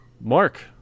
Mark